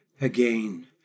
again